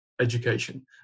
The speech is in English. Education